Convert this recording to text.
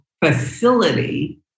facility